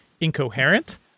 incoherent